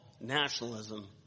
nationalism